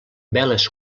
veles